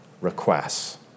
requests